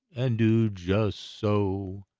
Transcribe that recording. and do just so,